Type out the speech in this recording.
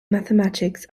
mathematics